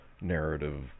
narrative